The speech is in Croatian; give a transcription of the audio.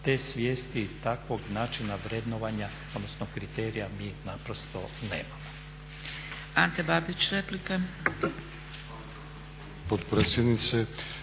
te svijesti, takvog načina vrednovanja, odnosno kriterija mi naprosto nemamo. **Zgrebec, Dragica